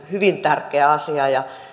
hyvin tärkeä asia